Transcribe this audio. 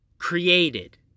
created